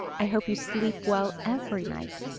i hope you sleep well every night.